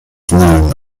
known